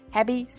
Happy